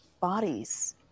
bodies